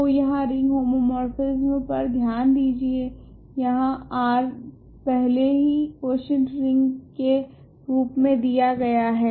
तो यहाँ ring homomorphism पर ध्यान दीजिए यहाँ R पहले ही क्वॉशेंट रिंग के रूप मे दिया गया हैं